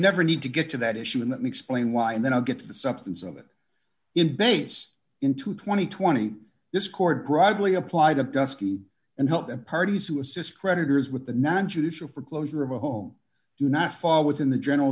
never need to get to that issue and that makes plain why and then i'll get to the substance of it in bates in two thousand and twenty this court broadly applied to dusky and help the parties who assist creditors with the non judicial for closure of a home do not fall within the general